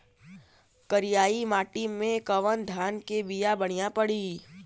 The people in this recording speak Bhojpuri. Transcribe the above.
करियाई माटी मे कवन धान के बिया बढ़ियां पड़ी?